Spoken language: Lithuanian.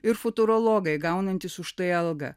ir futurologai gaunantys už tai algą